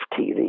TV